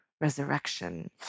resurrection